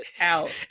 Out